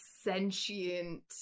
sentient